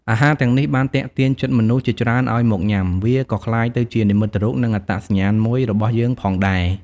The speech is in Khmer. អាហារទាំងនេះបានទាក់ទាញចិត្តមនុស្សជាច្រើនឲ្យមកញុំា វាក៏៏ក្លាយទៅជានិមិត្តរូប និងអត្ដសញ្ញាណមួយរបស់យើងផងដែរ។